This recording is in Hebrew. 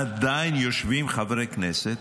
עדיין יושבים חברי כנסת,